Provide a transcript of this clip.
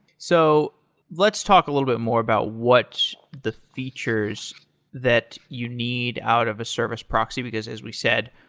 so let's talk a little bit more about what the features that you need out of a service proxy, because as we said,